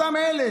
אותם אלה,